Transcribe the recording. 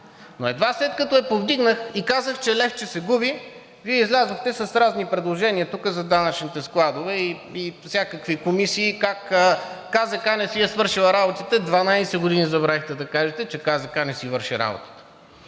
Но едва след като я повдигнах и казах, че левче се губи, Вие излязохте с разни предложения тук за данъчните складове и всякакви комисии и как КЗК не си е свършила работите. Дванадесет години забравихте да кажете, че КЗК не си върши работата.